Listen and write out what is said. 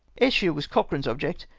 ayrshire was cochrane's object,